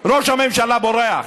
ראש הממשלה בורח.